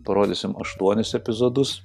parodysim aštuonis epizodus